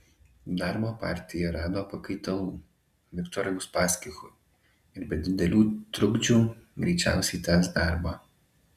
darbo partija rado pakaitalų viktorui uspaskichui ir be didelių trukdžių greičiausiai tęs darbą